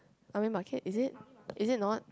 army market is it is it not